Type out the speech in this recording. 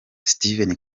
steven